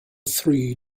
three